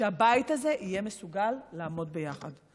שהבית הזה יהיה מסוגל לעמוד ביחד.